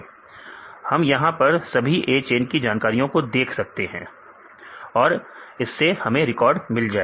हम यहां पर सभी A चेन के जानकारियों को देख सकते हैं और इससे हमें रिकॉर्ड मिल जाएगा